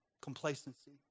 complacency